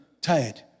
tired